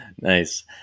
Nice